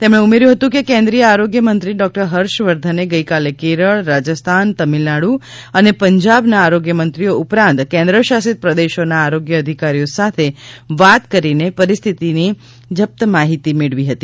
તેમણે ઉમેર્થું હતું કે કેન્દ્રીય આરોગ્યમંત્રી ડોક્ટર હર્ષવર્ધને ગઇકાલે કેરળ રાજસ્થાન તમિલનાડુ અને પંજાબના આરોગ્યમંત્રીઓ ઉપરાંત કેન્દ્ર શાસિત પ્રદેશોના આરોગ્ય અધિકારીઓ સાથે વાત કરીને પરિસ્થિતિની જપ્ત માહિતી મેળવી હતી